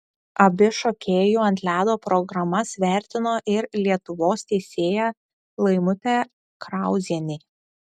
abi šokėjų ant ledo programas vertino ir lietuvos teisėja laimutė krauzienė